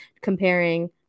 comparing